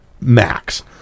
Max